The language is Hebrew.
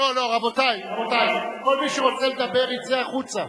לא, רבותי, כל מי שרוצה לדבר, יצא החוצה.